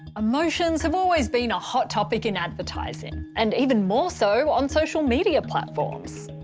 emotions have always been a hot topic in advertising. and even more so on social media platforms.